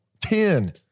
Ten